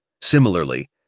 Similarly